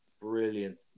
brilliant